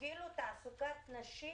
כאילו שתעסוקת נשים